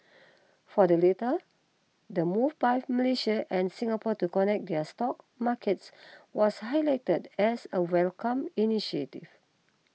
for the latter the move by Malaysia and Singapore to connect their stock markets was highlighted as a welcomed initiative